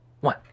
One